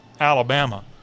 Alabama